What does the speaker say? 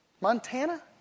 Montana